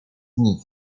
nich